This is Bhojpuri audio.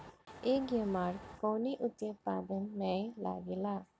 एगमार्क कवने उत्पाद मैं लगेला?